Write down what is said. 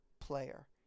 player